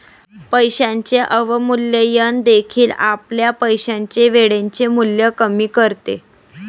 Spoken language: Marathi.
पैशाचे अवमूल्यन देखील आपल्या पैशाचे वेळेचे मूल्य कमी करते